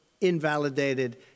invalidated